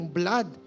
blood